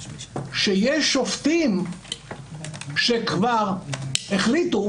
כשיש שופטים שכבר החליטו